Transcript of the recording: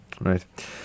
Right